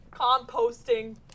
Composting